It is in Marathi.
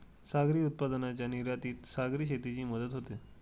सागरी उत्पादनांच्या निर्यातीत सागरी शेतीची मदत होते